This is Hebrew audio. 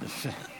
יפה.